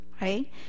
right